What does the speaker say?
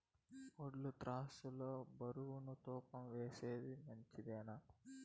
వడ్లు త్రాసు లో బరువును తూకం వేస్తే మంచిదేనా?